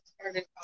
started